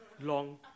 long